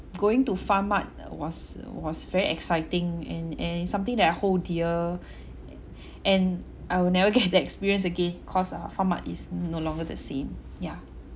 going to farmart uh was was very exciting and and it's something that hold dear and I will never get that experience again cause uh farmart is no longer the same yeah